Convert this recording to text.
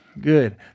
Good